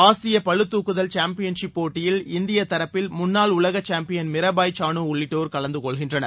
ஆசிய பளு தூக்குதல் சாம்பியன்ஷிப் போட்டியில் இந்திய தரப்பில் முன்னாள் உலக சாம்பியன் மிராபாய் சானு உள்ளிட்டோர் கலந்து கொள்கின்றனர்